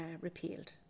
repealed